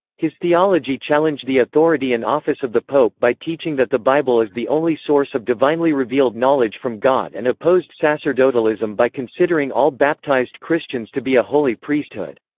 his theology challenged the authority and office of the pope by teaching that the bible is the only source of divinely revealed knowledge from god and opposed sacerdotalism by considering all baptized christians to be a holy priesthood.